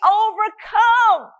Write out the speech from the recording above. overcome